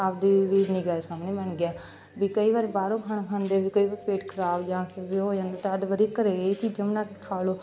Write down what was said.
ਆਪਦੇ ਵੀ ਨਿਗ੍ਹਾ ਦੇ ਸਾਹਮਣੇ ਬਣ ਗਿਆ ਵੀ ਕਈ ਵਾਰ ਬਾਹਰੋਂ ਖਾਣਾ ਖਾਂਦੇ ਵੀ ਕਈ ਵਾਰ ਪੇਟ ਖਰਾਬ ਜਾਂ ਫਿਰ ਉਹ ਹੋ ਜਾਂਦੇ ਤਾਂ ਇਹ ਤੋਂ ਵਧੀਆ ਘਰ ਇਹ ਚੀਜ਼ਾਂ ਬਣਾ ਕੇ ਖਾ ਲਓ